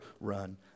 run